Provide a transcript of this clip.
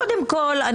קודם כול,